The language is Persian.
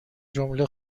جمله